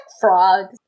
frogs